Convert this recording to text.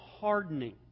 hardening